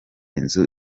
inzu